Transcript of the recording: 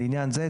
לעניין זה,